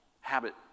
habit